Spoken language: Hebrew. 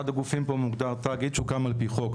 אחד הגופים פה מוגדר תאגיד שהוקם על פי חוק.